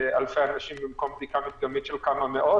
אלפי אנשים במקום בדיקה מדגמית של כמה מאות.